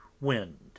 wind